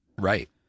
Right